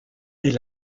est